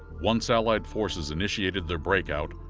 once allied forces initiated their breakout,